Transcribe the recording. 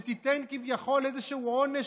שתיתן כביכול איזשהו עונש,